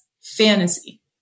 fantasy